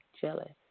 jealous